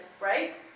right